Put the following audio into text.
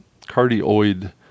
cardioid